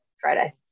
Friday